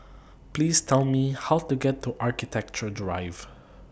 Please Tell Me How to get to Architecture Drive